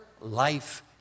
life